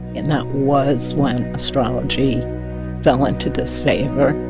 and that was when astrology fell into disfavor